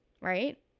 Right